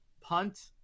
punt